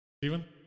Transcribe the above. Steven